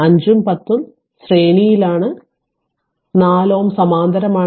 5 ഉം 10 ഉം ശ്രേണിയിലാണ് 4 Ω സമാന്തരമാണ്